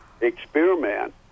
experiment